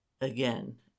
again